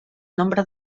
nombre